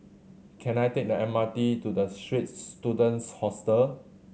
can I take the M R T to The Straits Students Hostel